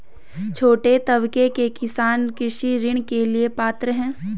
छोटे तबके के किसान कृषि ऋण के लिए पात्र हैं?